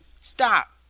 Stop